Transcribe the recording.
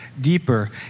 deeper